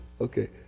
okay